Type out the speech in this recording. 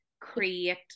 create